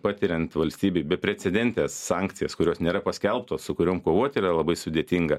patiriant valstybei beprecedentes sankcijas kurios nėra paskelbtos su kuriom kovoti yra labai sudėtinga